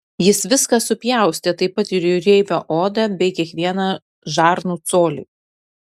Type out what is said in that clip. jis viską supjaustė taip pat ir jūreivio odą bei kiekvieną žarnų colį